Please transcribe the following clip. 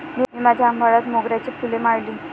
मी माझ्या आंबाड्यात मोगऱ्याची फुले माळली